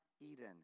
Eden